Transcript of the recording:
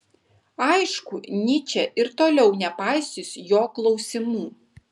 aišku nyčė ir toliau nepaisys jo klausimų